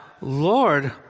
Lord